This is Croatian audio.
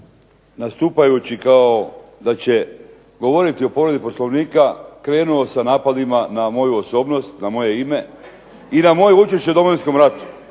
nastupajući kao da će govoriti o povredi Poslovnika krenuo sa napadima na moju osobnost, na moje ime i na moje učešće u Domovinskom ratu.